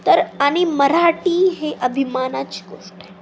तर आणि मराठी हे अभिमानाची गोष्ट आहे